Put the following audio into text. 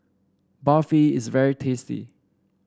Barfi is very tasty